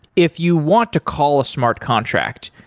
if you want to call a smart contract,